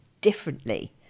differently